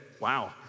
wow